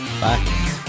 Bye